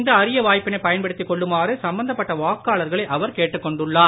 இந்த அரிய வாய்ப்பினை பயன்படுத்திக் கொள்ளுமாறு சம்பந்தப்பட்ட வாக்காளர்களை அவர் கேட்டுக் கொண்டுள்ளார்